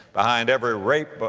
behind every rape, but